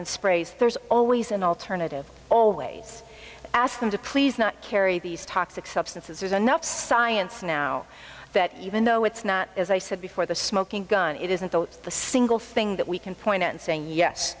and sprays there's always an alternative always ask them to please not carry these toxic substances there's enough science now that even though it's not as i said before the smoking gun it isn't the single thing that we can point to and saying yes